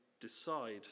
decide